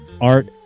Art